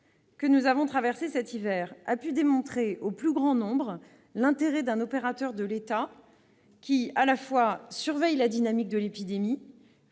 que notre pays a traversée cet hiver a pu démontrer au plus grand nombre l'intérêt de l'action d'un opérateur de l'État qui, tout à la fois, surveille la dynamique de l'épidémie,